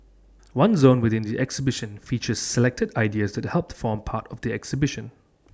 one zone within the exhibition features selected ideas that helped form part of the exhibition